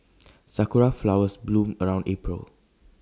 Sakura Flowers bloom around April